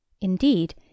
Indeed